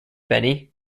beni